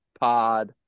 pod